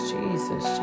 Jesus